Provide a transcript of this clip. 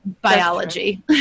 biology